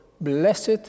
Blessed